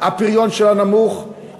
הפריון שלה נמוך,